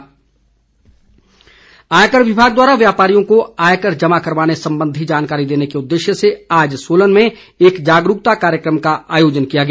जागरूकता कार्यक्रम आयकर विभाग द्वारा व्यापारियों को आयकर जमा करवाने संबंधी जानकारी देने के उदेश्य से आज सोलन में एक जागरूकता कार्यक्रम का आयेाजन किया गया